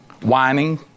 Whining